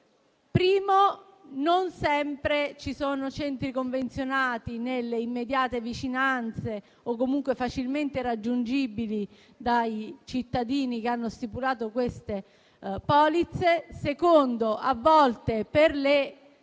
perché non sempre ci sono centri convenzionati nelle immediate vicinanze o facilmente raggiungibili dai cittadini che hanno stipulato queste polizze; in secondo luogo, per le